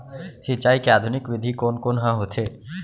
सिंचाई के आधुनिक विधि कोन कोन ह होथे?